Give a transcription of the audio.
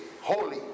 holy